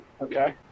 Okay